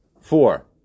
four